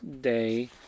day